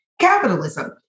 capitalism